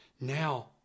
Now